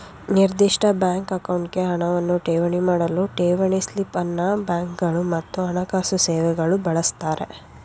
ನಿರ್ದಿಷ್ಟ ಬ್ಯಾಂಕ್ ಅಕೌಂಟ್ಗೆ ಹಣವನ್ನ ಠೇವಣಿ ಮಾಡಲು ಠೇವಣಿ ಸ್ಲಿಪ್ ಅನ್ನ ಬ್ಯಾಂಕ್ಗಳು ಮತ್ತು ಹಣಕಾಸು ಸೇವೆಗಳು ಬಳಸುತ್ತಾರೆ